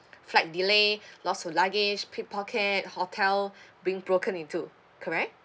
flight delay loss of luggage pick pocket hotel being broken into correct